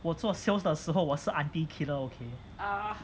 我做 sales 的时候我是 aunty killer okay